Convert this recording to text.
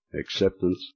acceptance